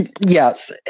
Yes